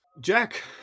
Jack